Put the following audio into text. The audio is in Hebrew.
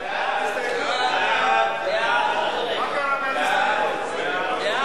ההסתייגות של שר האוצר ושל חבר הכנסת משה